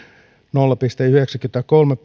nolla pilkku yhdeksänkymmentäkolme